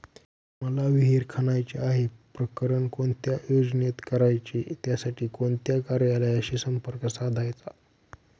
मला विहिर खणायची आहे, प्रकरण कोणत्या योजनेत करायचे त्यासाठी कोणत्या कार्यालयाशी संपर्क साधायचा?